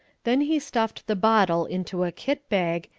then he stuffed the bottle into a kit-bag,